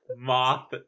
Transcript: Moth